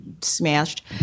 smashed